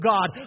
God